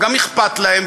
גם אכפת להם,